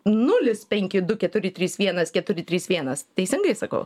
nulis penki du keturi trys vienas keturi trys vienas teisingai sakau